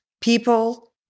people